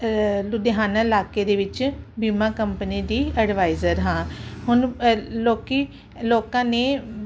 ਲੁਧਿਆਣੇ ਇਲਾਕੇ ਦੇ ਵਿੱਚ ਬੀਮਾ ਕੰਪਨੀ ਦੀ ਐਡਵਾਈਜ਼ਰ ਹਾਂ ਹੁਣ ਲੋਕੀ ਲੋਕਾਂ ਨੇ